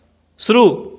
शुरू